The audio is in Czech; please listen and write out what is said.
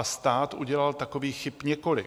Stát udělal takových chyb několik.